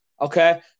Okay